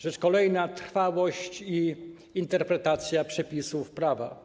Rzecz kolejna - trwałość i interpretacja przepisów prawa.